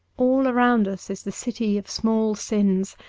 all around us is the city of small sins,